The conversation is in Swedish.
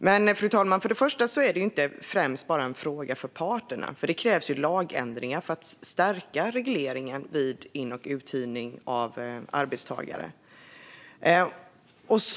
Men, fru talman, för det första är detta inte främst bara en fråga för parterna. Det krävs lagändringar för att stärka regleringen vid in och uthyrning av arbetstagare.